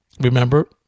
remember